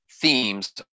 themes